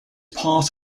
part